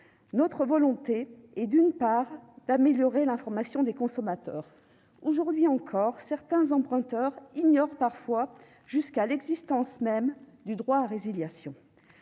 Notre volonté est d'améliorer l'information des consommateurs. Aujourd'hui encore, certains emprunteurs ignorent parfois jusqu'à l'existence même du droit à résiliation.